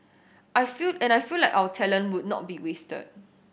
I feel and I feel like our talent would not be wasted